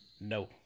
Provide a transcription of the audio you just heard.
No